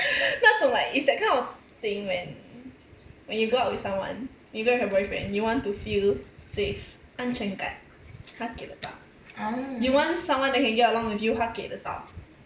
那种 like it's that kind of thing when when you go out with someone you go out with your boyfriend you want to feel safe 安全感他给得到 you want someone that can get along with you 他给得到